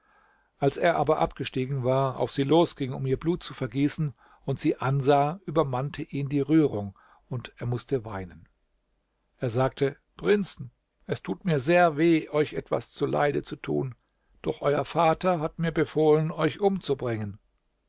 als er aber abgestiegen war auf sie losging um ihr blut zu vergießen und sie ansah übermannte ihn die rührung und er mußte weinen er sagte prinzen es tut mir sehr weh euch etwas zuleide zu tun doch euer vater hat mir befohlen euch umzubringen